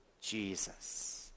Jesus